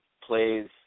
plays